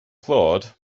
claude